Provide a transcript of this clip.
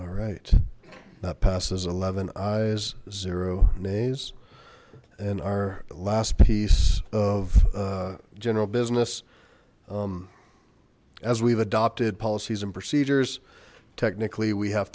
all right that passes eleven eyes zero nays and our last piece of general business as we've adopted policies and procedures technically we have